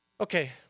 Okay